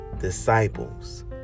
disciples